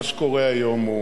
מה שקורה היום הוא